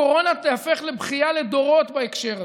הקורונה תיהפך לבכייה לדורות בהקשר הזה.